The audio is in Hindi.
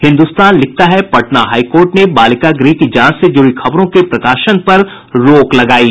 हिन्दुस्तान लिखता है पटना हाई कोर्ट ने बालिका गृह की जांच से जुड़ी खबरों के प्रकाशन पर रोक लगायी